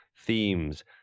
themes